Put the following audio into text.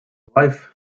wife